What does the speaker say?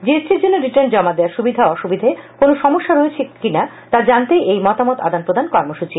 জিএসটির জন্য রিটার্ন জমা দেওয়ার সুবিধা অসুবিধে কোনো সমস্যা রয়েছে কিনা তা জানতেই এই মতামত আদান প্রদান কর্মসূচি